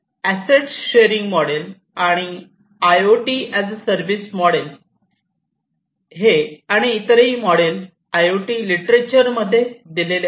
asset sharing model आणि I O T as a service हे आणि इतरही model I O T literature मध्ये दिलेले आहेत